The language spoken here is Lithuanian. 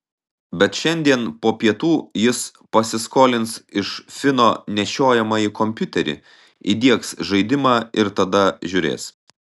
bet šiandien po pietų jis pasiskolins iš fino nešiojamąjį kompiuterį įdiegs žaidimą ir tada žiūrės